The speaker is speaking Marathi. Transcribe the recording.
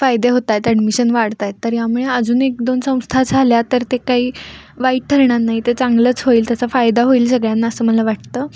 फायदे होत आहेत ॲडमिशन वाढत आहेत तर यामुळे अजून एक दोन संस्था झाल्या तर ते काही वाईट ठरणार नाही ते चांगलंच होईल त्याचा फायदा होईल सगळ्यांना असं मला वाटतं